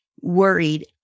worried